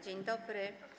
Dzień dobry.